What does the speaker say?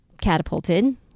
catapulted